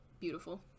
Beautiful